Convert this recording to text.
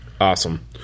Awesome